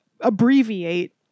abbreviate